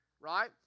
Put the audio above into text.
Right